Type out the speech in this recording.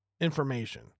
information